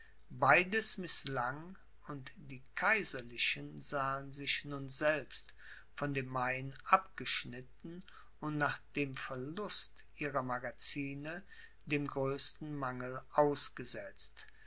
beides mißlang und die kaiserlichen sahen sich nun selbst von dem main abgeschnitten und nach dem verlust ihrer magazine dem größten mangel ausgesetzt